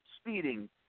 speeding